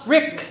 Rick